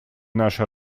наша